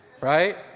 right